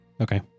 Okay